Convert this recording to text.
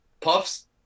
Puffs